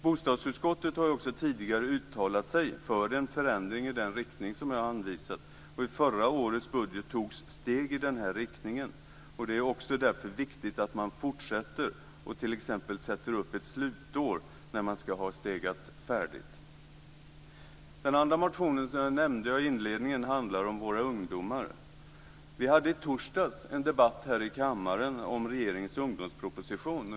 Bostadsutskottet har också tidigare uttalat sig för en förändring i den riktning som är anvisad, och i förra årets budget togs ett steg i den här riktningen. Det är därför viktigt att fortsätta och t.ex. sätta upp ett slutår när man ska ha stegat färdigt. Den andra motion som jag nämnde i inledningen handlar om våra ungdomar. Vi hade i torsdags en debatt här i kammaren om regeringens ungdomsproposition.